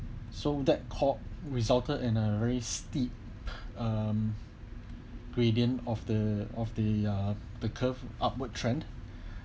so that core resulted in a very steep um gradient of the of the uh the curve upward trend